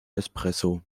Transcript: espresso